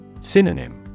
Synonym